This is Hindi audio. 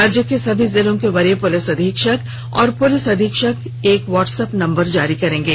राज्य के सभी जिलों के वरीय पुलिस अधीक्षक और पुलिस अधीक्षक एक वॉट्सएप नंबर जारी करेंगे